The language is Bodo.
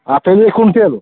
आच्चा दुइ क्विनटेल